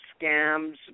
scams